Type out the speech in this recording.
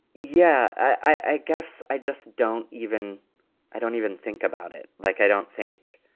yeah, i guess i just don't even i don't even think about it like i don't think.